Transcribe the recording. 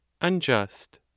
unjust